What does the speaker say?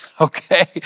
Okay